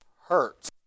hurts